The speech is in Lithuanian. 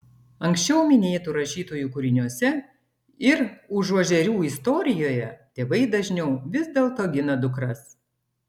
anksčiau minėtų rašytojų kūriniuose ir užuožerių istorijoje tėvai dažniau vis dėlto gina dukras